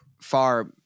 far